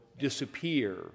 disappear